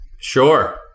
Sure